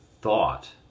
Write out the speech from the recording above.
thought